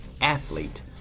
athlete